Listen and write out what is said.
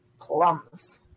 plums